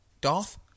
Darth